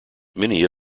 many